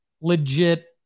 legit